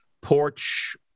porch